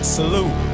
Salute